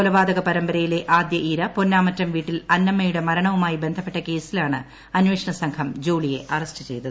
കൊലപാതക പരമ്പരയില്ല് ആദ്യ ഇര പൊന്നാമറ്റം വീട്ടിൽ അന്നമ്മയുടെ മൂർണ്റ്വുമായി ബന്ധപ്പെട്ട കേസിലാണ് അന്വേഷണസംഘം ജോ്ളിയെ അറസ്റ്റ് ചെയ്തത്